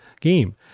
game